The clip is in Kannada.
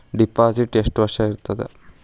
ಡಿಪಾಸಿಟ್ ಎಷ್ಟು ವರ್ಷ ಇರುತ್ತದೆ?